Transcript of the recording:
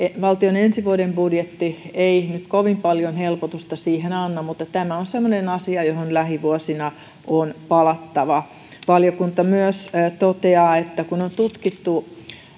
valtion ensi vuoden budjetti ei nyt kovin paljon helpotusta siihen anna mutta tämä on semmoinen asia johon lähivuosina on palattava valiokunta myös toteaa että kun on tutkittu